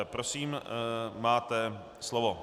Prosím, máte slovo.